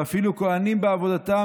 ואפילו כוהנים בעבודתן,